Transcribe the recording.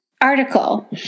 article